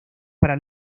para